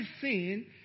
sin